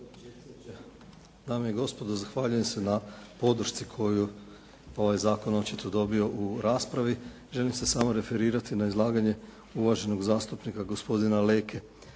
Dame i gospodo zahvaljujem se na podršci koju je ovaj zakon očito dobio u raspravi. Želim se samo referirati na izlaganje uvaženog zastupnika gospodina Leke.